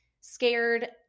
scared